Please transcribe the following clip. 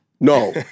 No